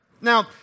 Now